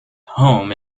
home